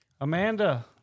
Amanda